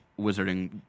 wizarding